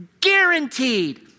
guaranteed